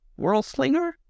Whirlslinger